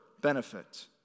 benefit